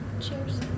Cheers